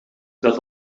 dat